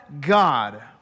God